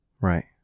Right